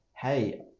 hey